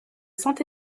saint